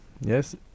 yes